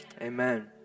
Amen